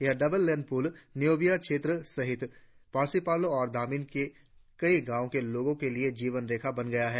यह double lane पुलन नयोबिया क्षेत्र सहित पार्सी पार्लों और दामिन के कई गांवों के लोगों के लिए जीवन रेखा बन गया है